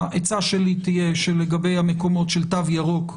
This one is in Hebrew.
העצה שלי תהיה שלגבי המקומות של תו ירוק,